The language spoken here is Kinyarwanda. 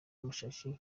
amashashi